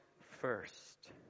first